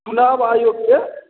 चुनाव आयोगके